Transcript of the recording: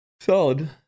solid